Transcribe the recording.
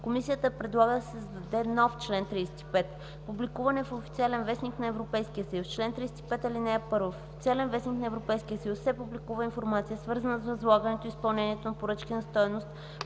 Комисията предлага да се създаде нов чл. 35: „Публикуване в „Официален вестник” на Европейския съюз Чл. 35. (1) В „Официален вестник” на Европейския съюз се публикува информация, свързана с възлагането и изпълнението на поръчки на стойност